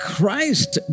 Christ